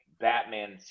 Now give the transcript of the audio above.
Batman